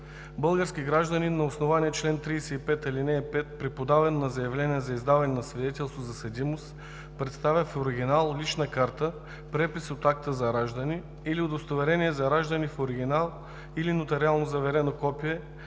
български гражданин на основание чл. 35, ал. 5 при подаване на заявление за издаване на свидетелство за съдимост, представя в оригинал лична карта, препис от акта за раждане или удостоверение за раждане в оригинал или нотариално заверено копие,